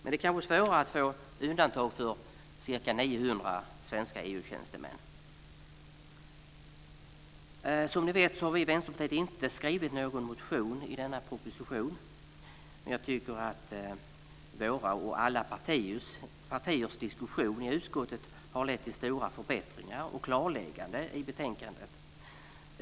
Men det kanske är svårare att få undantag för ca 900 svenska EU-tjänstemän. Som ni vet har vi i Vänsterpartiet inte skrivit någon motion med anledning av propositionen. Men jag tycker att vår och alla partiers diskussion i utskottet har lett till stora förbättringar och klarlägganden i betänkandet.